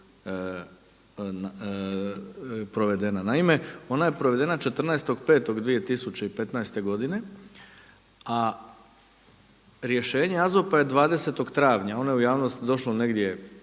provedena. Naime, ona je provedena 14.5.2015. godine a rješenje AZOP-a je 20. travnja, ono je u javnost došlo negdje